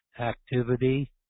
activity